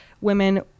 women